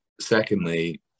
secondly